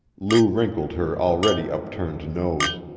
lou wrinkled her already upturned nose.